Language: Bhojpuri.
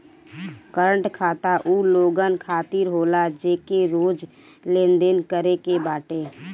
करंट खाता उ लोगन खातिर होला जेके रोज लेनदेन करे के बाटे